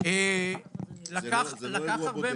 זה לא אירוע בודד.